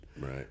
Right